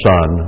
Son